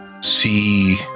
see